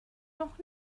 noch